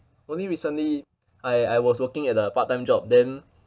only recently I I was working at a part time job then